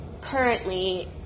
currently